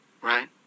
right